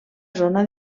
zona